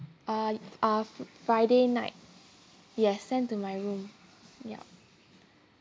uh uh fr~ friday night sent to my room ya